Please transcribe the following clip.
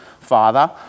Father